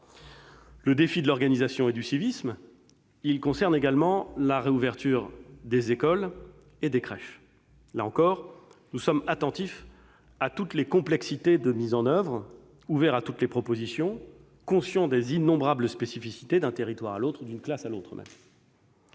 Le défi de l'organisation et du civisme concerne également la réouverture des écoles et des crèches. Là encore, nous sommes attentifs à toutes les complexités de mise en oeuvre, ouverts à toutes les propositions, conscients des innombrables spécificités d'un territoire à l'autre ou d'une classe à l'autre.